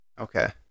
Okay